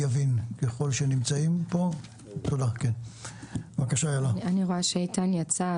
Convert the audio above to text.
אני רואה שאיתן יצא,